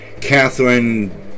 Catherine